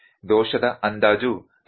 ದೋಷದ ಅಂದಾಜು ಅನಿಶ್ಚಿತತೆ ಎಂದು ಕರೆಯಲಾಗುತ್ತದೆ